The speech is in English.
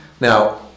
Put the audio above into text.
Now